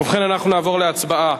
ובכן, אנחנו נעבור להצבעה.